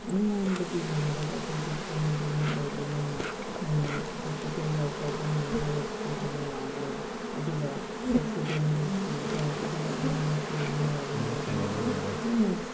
ꯑꯅꯝꯕꯗꯤ ꯅꯥꯔꯒ ꯑꯩꯈꯣꯏꯗꯤ ꯆꯤꯡꯒꯤ ꯃꯤ ꯑꯣꯏꯕꯅꯤꯅ ꯍꯣꯁꯄꯤꯇꯦꯜ ꯌꯧꯍꯧꯕ ꯉꯝꯗ꯭ꯔꯒ ꯁꯤꯕꯅ ꯌꯥꯝꯃꯦ ꯑꯗꯨꯒ ꯑꯦꯛꯁꯤꯗꯦꯟꯗ ꯁꯤꯕ ꯑꯗꯨꯒ ꯑꯉꯥꯡꯁꯦ ꯃꯤꯔꯣꯜꯂꯤꯉꯩꯗ ꯃꯃꯥꯅ ꯐꯖꯅ